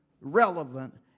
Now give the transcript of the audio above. relevant